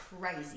crazy